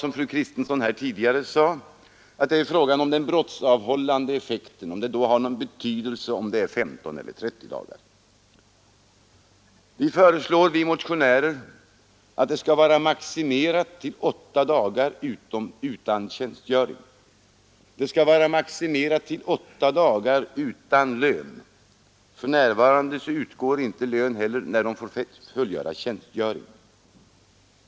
Som fru Kristensson sade tidigare tror vi inte att det för den brottsavhållande effekten har någon betydelse om det är 15 eller 30 dagar. Vi motionärer föreslår att arreststraffet skall vara maximerat till 8 dagar utan tjänstgöring. Det skall vara maximerat till 8 dagar utan lön. För närvarande utgår inte lön när en till arrest dömd värnpliktig får fullgöra tjänstgöring.